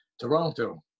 Toronto